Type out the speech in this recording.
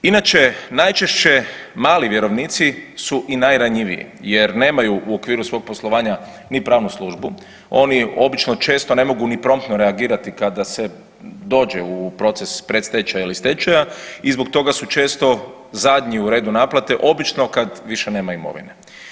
Inače, najčešće mali vjerovnici su i najranjiviji jer nemaju u okviru svog poslovanja ni pravnu službu, oni obično često ne mogu ni promptno reagirati kada se dođe u proces predstečaja ili stečaja i zbog toga su često zadnji u redu naplate, obično kad više nema imovine.